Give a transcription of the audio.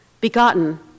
begotten